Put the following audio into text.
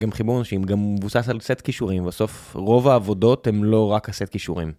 גם חיבור אנשים, גם מבוסס על סט קישורים, בסוף רוב העבודות הן לא רק הסט קישורים.